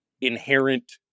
inherent